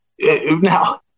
now